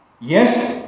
Yes